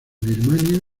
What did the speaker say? birmania